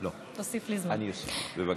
בבקשה.